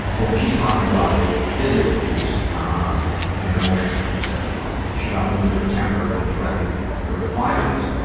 ah and she's talking about the physical abuse um and emotional abuse that her mom did. she'd often lose her temper and threaten her with violence,